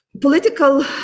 Political